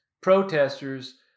protesters